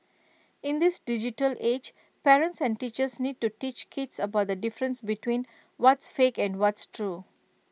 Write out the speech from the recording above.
in this digital age parents and teachers need to teach kids about the difference between what's fake and what's true